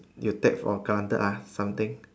you take for granted ah something